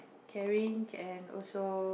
caring and also